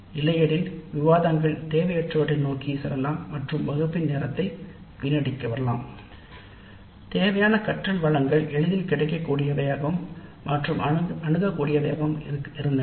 இல்லையெனில் விவாதங்கள் தேவையற்றவற்றை நோக்கி செல்லலாம் மற்றும் வகுப்பறையின் நேரம் வீணடிக்கப் படலாம் தேவையான கற்றல் வளங்கள் எளிதில் கிடைக்கக்கூடியவை மற்றும் அணுகக்கூடியவை ஆக இருந்தன